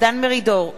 דן מרידור,